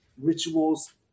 rituals